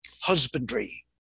Husbandry